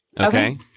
Okay